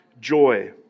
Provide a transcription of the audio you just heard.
joy